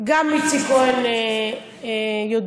גם איציק כהן יודיע,